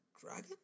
dragon